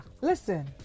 listen